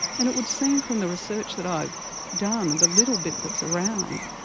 and it would seem from the research that i've done, and the little bit that's around,